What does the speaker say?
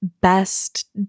best